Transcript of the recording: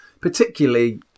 particularly